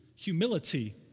Humility